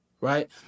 right